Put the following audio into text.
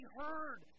heard